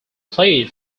played